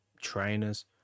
trainers